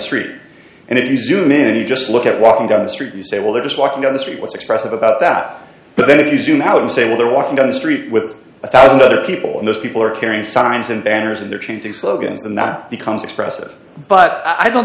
street and it zoom in and you just look at walking down the street you say well they're just walking down the street with expressive about that but then if you zoom out and say well they're walking down a street with a one thousand other people and those people are carrying signs and banners and they're chanting slogans and not becomes expressive but i don't